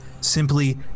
Simply